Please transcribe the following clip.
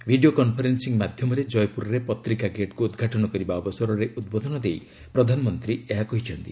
video conferencing ମାଧ୍ୟମରେ ଜୟପୁରରେ ପତ୍ରିକା ଗେଟ୍କୁ ଉଦ୍ଘାଟନ କରିବା ଅବସରରେ ଉଦ୍ବୋଧନ ଦେଇ ପ୍ରଧାନମନ୍ତ୍ରୀ ଏହା କହିଛନ୍ତି